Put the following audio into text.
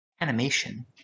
Animation